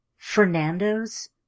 Fernando's